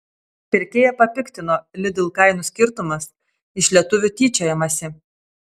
pirkėją papiktino lidl kainų skirtumas iš lietuvių tyčiojamasi